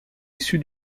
issu